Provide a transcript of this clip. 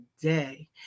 today